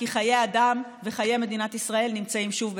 כי חיי אדם וחיי מדינת ישראל נמצאים שוב בסכנה.